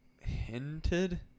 hinted